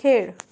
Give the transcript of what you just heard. खेळ